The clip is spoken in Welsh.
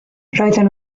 roeddwn